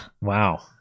wow